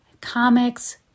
comics